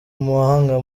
umuhanga